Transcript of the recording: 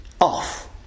off